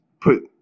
put